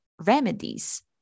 remedies